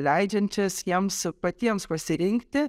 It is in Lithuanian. leidžiančias jiems patiems pasirinkti